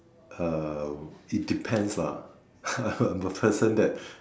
uh it depends lah I'm a person that